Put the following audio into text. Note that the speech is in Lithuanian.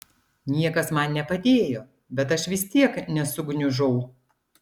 niekas man nepadėjo bet aš vis tiek nesugniužau